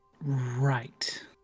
right